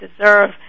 deserve